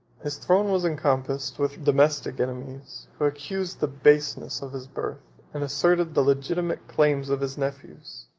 his throne was encompassed with domestic enemies, who accused the baseness of his birth, and asserted the legitimate claims of his nephews,